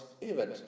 event